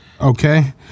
Okay